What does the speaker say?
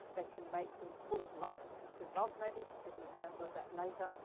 they can make them full of lust with love magic. i'll give an example of that later.